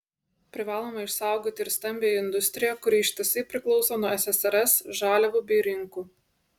privalome išsaugoti ir stambiąją industriją kuri ištisai priklauso nuo ssrs žaliavų bei rinkų